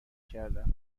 کردم